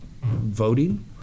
voting